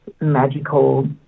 magical